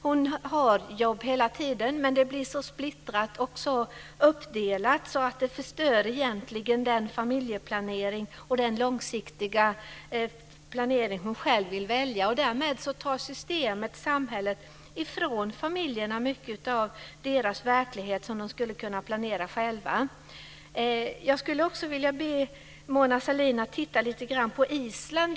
Kvinnan har jobb hela tiden, men det blir så splittrat och uppdelat att den familjeplanering och den långsiktiga planering som hon själv vill göra förstörs. Därmed tar systemet och samhället ifrån familjerna mycket av deras verklighet, som de skulle kunna planera själva. Jag vill också be Mona Sahlin att titta lite grann på Island.